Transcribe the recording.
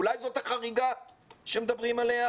אולי זאת החריגה שמדברים עליה?